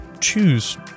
Choose